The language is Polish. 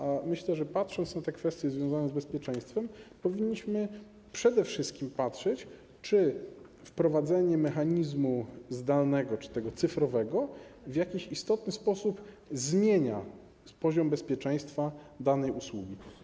A myślę, że patrząc na kwestie związane z bezpieczeństwem, powinniśmy przede wszystkim patrzeć, czy wprowadzenie mechanizmu zdalnego czy cyfrowego w jakiś istotny sposób zmienia poziom bezpieczeństwa danej usługi.